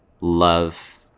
love